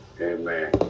Amen